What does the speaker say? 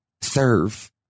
serve